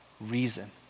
reason